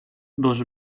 dos